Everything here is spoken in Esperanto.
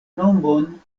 nomon